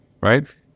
right